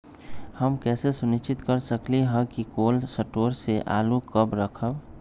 हम कैसे सुनिश्चित कर सकली ह कि कोल शटोर से आलू कब रखब?